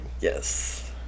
Yes